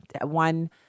one